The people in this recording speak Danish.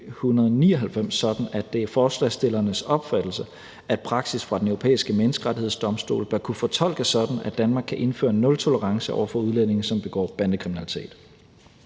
sådan, at det er forslagsstillernes opfattelse, at praksis fra Den Europæiske Menneskerettighedsdomstol bør kunne fortolkes sådan, at Danmark kan indføre nultolerance over for udlændinge, som begår bandekriminalitet.